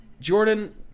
Jordan